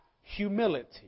humility